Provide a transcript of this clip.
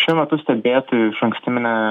šiuo metu stebėtojų išankstiniame